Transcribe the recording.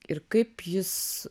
ir kaip jis